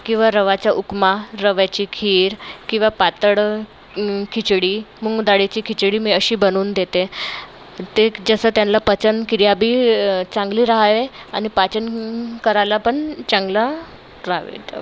किंवा रव्याचा उपमा रव्याची खीर किंवा पातळ खिचडी मूग दाळीची खिचडी मी अशी बनवून देते ते जसं त्यांना पचनक्रिया बी चांगली रहावी आणि पाचन करायला पण चांगलं राहतं